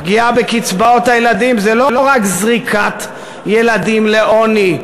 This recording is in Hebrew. פגיעה בקצבאות הילדים זה לא רק זריקת ילדים לעוני,